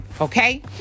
Okay